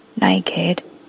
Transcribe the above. naked